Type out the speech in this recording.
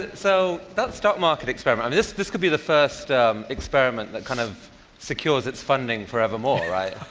so that stock market experiment. this this could be the first experiment that kind of secures its funding forevermore, right,